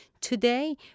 today